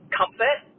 comfort